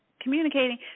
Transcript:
communicating